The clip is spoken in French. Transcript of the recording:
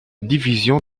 division